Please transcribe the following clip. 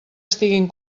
estiguin